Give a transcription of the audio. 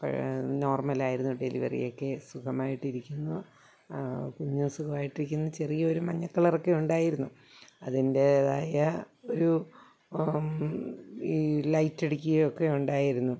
നോർമലായിരുന്നു ഡെലിവറിയൊക്കെ സുഖമായിട്ടിരിക്കുന്നു കുഞ്ഞു സുഖമായിട്ടിരിക്കുന്നു ചെറിയൊരു മഞ്ഞക്കളറൊക്കെയുണ്ടായിരുന്നു അതിൻറ്റേതായ ഒരു ഈ ലൈറ്റടിക്കുകയോ ഒക്കെ ഉണ്ടായിരുന്നു